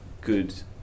good